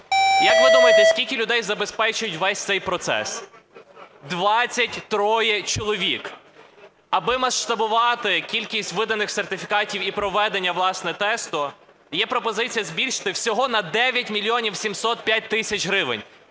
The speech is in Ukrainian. Як ви думаєте, скільки людей забезпечують увесь цей процес? 23 чоловік. Аби масштабувати кількість виданих сертифікатів і проведення, власне, тесту, є пропозиція збільшити всього на 9 мільйонів 705 тисяч гривень,